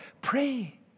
Pray